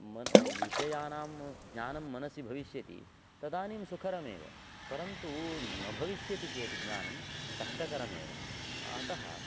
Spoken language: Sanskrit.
मनः अपि विषयानां ज्ञानं मनसि भविष्यति तदानीं सुखरमेव परन्तु न भविष्यति चेत् ज्ञानं कष्टकरमेव अतः